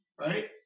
right